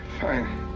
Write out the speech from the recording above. Fine